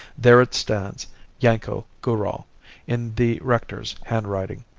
there it stands yanko goorall in the rector's handwriting.